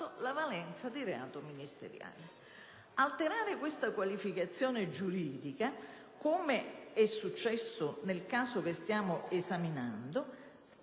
la valenza di reato ministeriale. Alterare questa qualificazione giuridica, come è successo nel caso che stiamo esaminando,